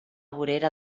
vorera